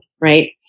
right